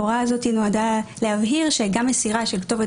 ההוראה הזאת נועדה להבהיר שגם מסירה של כתובת